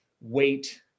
weight